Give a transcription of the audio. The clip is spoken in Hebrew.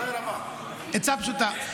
עצה פשוטה.